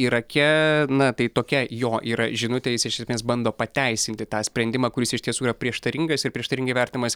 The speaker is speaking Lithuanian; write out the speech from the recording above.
irake na tai tokia jo yra žinutė jis iš esmės bando pateisinti tą sprendimą kuris iš tiesų yra prieštaringas ir prieštaringai vertinamas